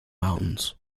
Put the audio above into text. mountains